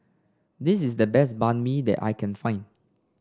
this is the best Banh Mi that I can find